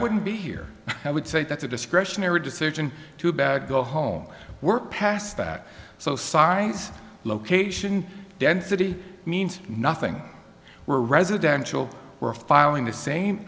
wouldn't be here i would say that's a discretionary decision to back go home we're past that so signs location density means nothing we're residential we're filing the same